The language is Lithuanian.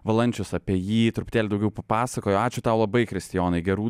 valančius apie jį truputėlį daugiau papasakojo ačiū tau labai kristijonai gerų